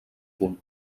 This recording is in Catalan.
punt